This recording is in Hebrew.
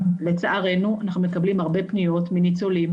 לצערנו אנחנו מקבלים הרבה פניות מניצולים